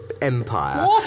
Empire